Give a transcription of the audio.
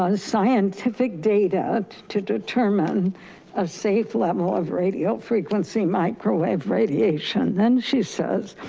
ah scientific data to determine a safe level of radio frequency, microwave radiation. then she says,